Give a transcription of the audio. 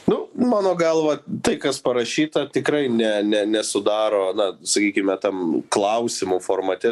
nu mano galva tai kas parašyta tikrai ne ne nesudaro na sakykime tam klausimų formate